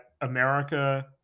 America